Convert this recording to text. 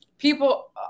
People